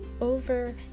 over